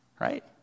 right